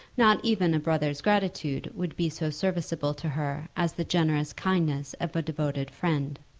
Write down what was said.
not even a brother's gratitude would be so serviceable to her as the generous kindness of a devoted friend.